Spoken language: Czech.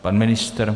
Pan ministr?